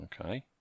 Okay